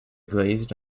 glazed